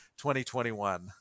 2021